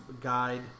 Guide